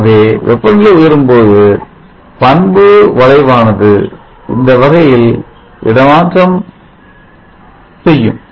ஆகவே வெப்பநிலை உயரும்போது பண்பு வளைவானது இந்த வகையில் இடமாற்றம் செய்யும்